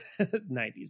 90s